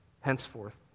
henceforth